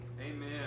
Amen